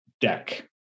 deck